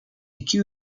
iki